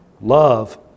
love